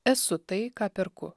esu tai ką perku